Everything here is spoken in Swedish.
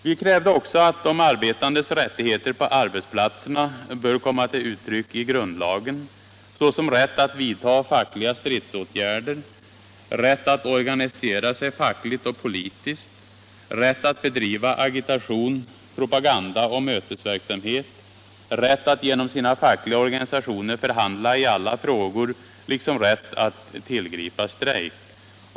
Vi krävde också att de arbetandes rättigheter på arbetsplatserna bör komma till uttryck i grundlagen, såsom rätt att vidta fackliga stridsåtgärder, rätt att organisera sig fackligt och politiskt, rätt att bedriva agitation, propaganda och mötesverksamhet, rätt att genom sina fackliga organisationer förhandla i alla frågor liksom rätt att tillgripa strejk.